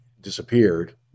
disappeared